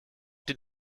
den